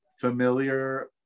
familiar